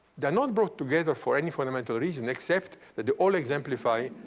they're not brought together for any fundamental reason except that they all exemplify,